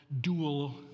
dual